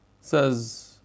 says